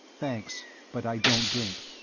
thanks, but i don't drink.